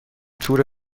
تور